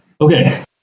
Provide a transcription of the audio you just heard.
Okay